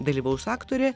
dalyvaus aktorė